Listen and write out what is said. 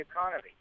economy